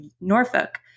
Norfolk